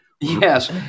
Yes